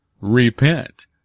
repent